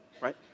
right